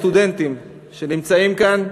הסטודנטים שנמצאים כאן,